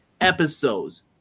episodes